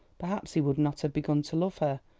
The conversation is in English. perhaps he would not have begun to love her,